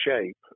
shape